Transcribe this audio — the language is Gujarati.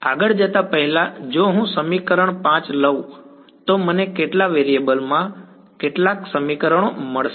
આગળ જતા પહેલા જો હું અહીં સમીકરણ 5 લઉં તો મને કેટલા વેરિએબલ માં કેટલા સમીકરણો મળશે